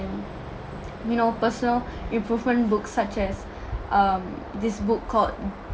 you know personal improvement books such as um this book called